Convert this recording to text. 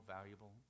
valuable